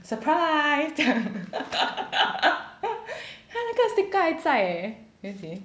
surprise 这样 看那个 sticker 还在 eh can you see